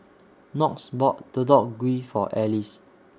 Knox bought Deodeok Gui For Alys